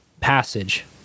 passage